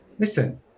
Listen